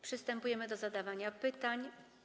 Przystępujemy do zadawania pytań.